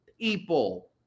people